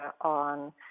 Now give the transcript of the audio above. on